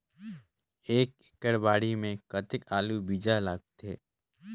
एक एकड़ बाड़ी मे कतेक आलू बीजा लगथे?